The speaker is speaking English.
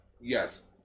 yes